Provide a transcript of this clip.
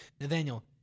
Nathaniel